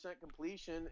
completion